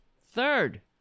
Third